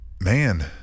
man